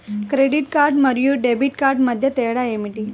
Credit card మరియు debit card మధ్య తేడా ఏమిటి?